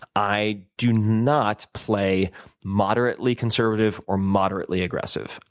i do not play moderately conservative or moderately aggressive.